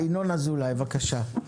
ינון אזולאי, בבקשה.